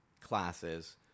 classes